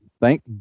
thank